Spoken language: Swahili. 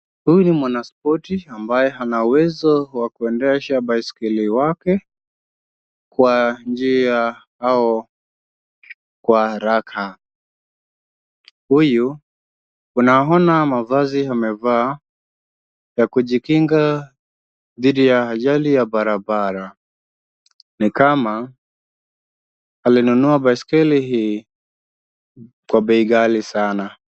Huyu ni mwanaspoti ambaye ana uwezo wa kuendesha baiskeli wake kwa njia au kwa haraka. Huyu unaona mavazi amevaa ya kujikinga dhidi ya ajali ya barabara, ni kama alinunua baiskeli hii kwa bei ghali sana.